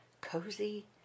cozy